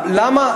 למה,